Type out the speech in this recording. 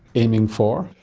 aiming for?